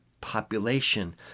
population